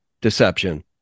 deception